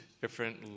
different